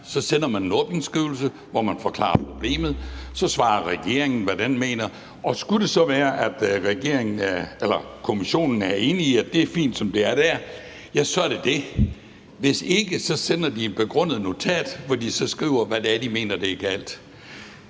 så sender man en åbningsskrivelse, hvor man forklarer problemet. Så svarer regeringen, hvad den mener, og skulle det så være, at Kommissionen er enig i, at det er fint, som det er, så er det det. Hvis ikke den er det, sender de et begrundet notat, hvor de så skriver, hvad det er, de mener er galt.